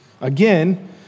Again